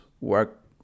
work